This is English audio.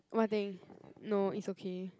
what thing no it's okay